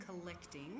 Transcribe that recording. collecting